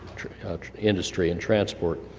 industry, and transport.